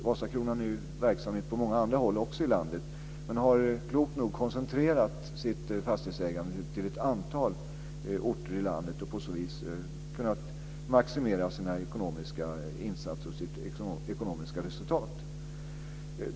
Vasakronan har ju verksamhet också på många andra håll i landet men har klokt nog koncentrerat sitt fastighetsägande till ett antal orter i landet och har på så vis kunnat maximera sina ekonomiska insatser och sitt ekonomiska resultat.